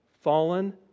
fallen